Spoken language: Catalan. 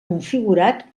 configurat